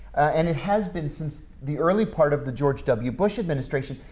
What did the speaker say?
and it has been since the early part of the george w bush administration,